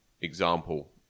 example